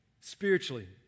spiritually